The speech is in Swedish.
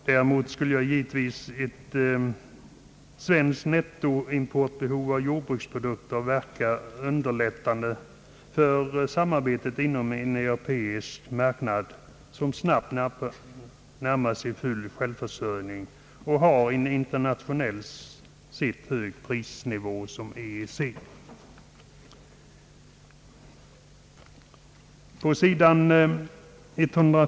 Däremot skulle givetvis ett svenskt nettoimportbehov av jordbruksprodukter verka underlättande för samarbetet inom en europeisk marknad, som snabbt närmar sig full självförsörjning och har en internationellt sett hög prisnivå, som EEC. På sid.